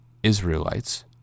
Israelites